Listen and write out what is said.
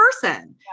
person